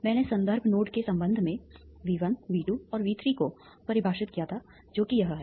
मैंने संदर्भ नोड के संबंध में V1 V2 और V3 को परिभाषित किया था जो कि यह है